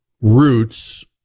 roots